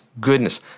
goodness